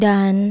Dan